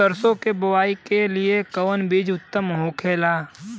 सरसो के बुआई के लिए कवन बिज उत्तम होखेला?